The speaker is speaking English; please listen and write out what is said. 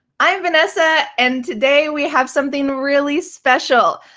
i'm vanessa, and today we have something really special.